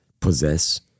possess